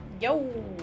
Yo